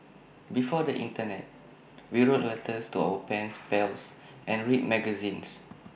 before the Internet we wrote letters to our pen pals and read magazines